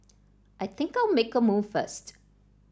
I think I'll make a move first